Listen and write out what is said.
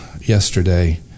yesterday